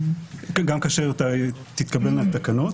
גם כאשר תתקבלנה תקנות.